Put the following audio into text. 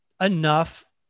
enough